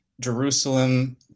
Jerusalem